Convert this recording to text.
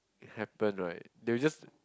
happen right they will just